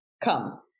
come